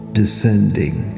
descending